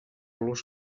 los